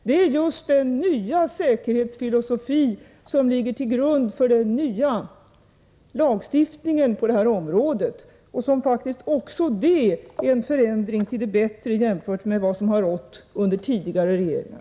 Det är just denna nya säkerhetsfilosofi som ligger till grund för den nya lagstiftningen på det här området — något som faktiskt också är en förändring till det bättre jämfört med de förhållanden som har rått under tidigare regeringar.